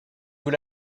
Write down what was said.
vous